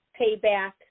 payback